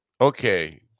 Okay